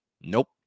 Nope